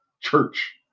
church